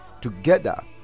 together